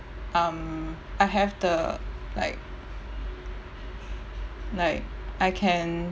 um I have the like like I can